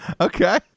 Okay